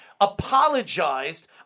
apologized